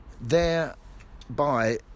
thereby